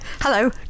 Hello